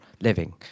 living